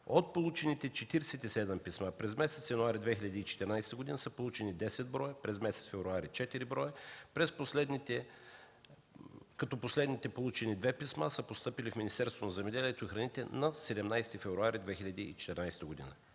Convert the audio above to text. От получените 47 писма през месец януари 2014 г. са получени 10 броя, през месец февруари четири броя, като последните получени две писма са постъпили в Министерството на земеделието и храните на 17 февруари 2014 г.